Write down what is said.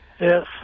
Yes